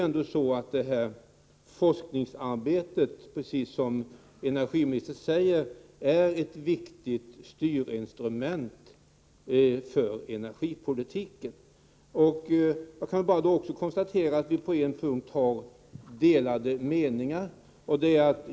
Energiforskningen är ju, precis som energiministern säger, ett viktigt styrinstrument för energipolitiken. Jag kan då konstatera att vi på en punkt har delade meningar.